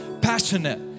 passionate